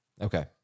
Okay